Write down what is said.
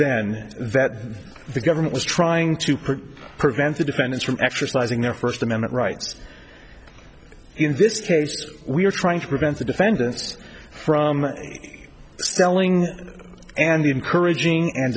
then that the government was trying to prevent the defendants from exercising their first amendment rights in this case we are trying to prevent the defendants from selling and encouraging and